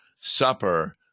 Supper